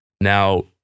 now